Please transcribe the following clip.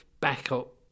backup